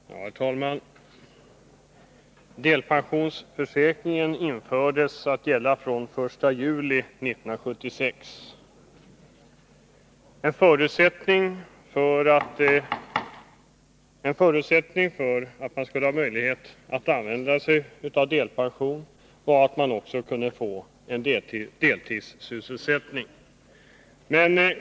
Herr talman! Delpensionsförsäkringen infördes att gälla från den 1 juli 1976. En förutsättning för att man skulle ha möjlighet att utnyttja försäkringen var att man kunde få en deltidssysselsättning.